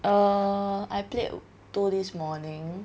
err I played two this morning